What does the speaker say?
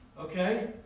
Okay